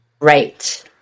Right